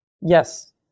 Yes